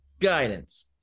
Guidance